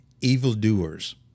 evildoers